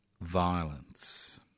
violence